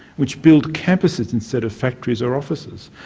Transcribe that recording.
which build campuses instead of factories or offices,